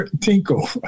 tinkle